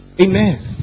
Amen